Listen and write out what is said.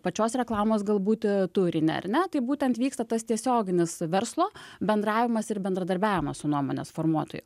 pačios reklamos gal būti turinį ar ne taip būtent vyksta tas tiesioginis verslo bendravimas ir bendradarbiavimo su nuomonės formuotoju